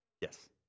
Yes